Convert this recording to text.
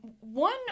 one